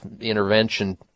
intervention